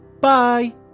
Bye